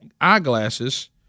eyeglasses